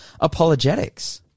apologetics